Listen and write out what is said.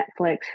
Netflix